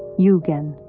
yugen.